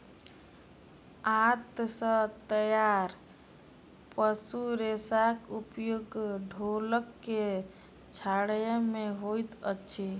आंत सॅ तैयार पशु रेशाक उपयोग ढोलक के छाड़य मे होइत अछि